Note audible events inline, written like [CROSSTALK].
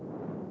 [BREATH]